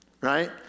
right